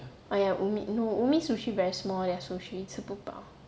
ah ya no umi sushi very small leh sushi 吃不饱